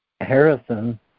Harrison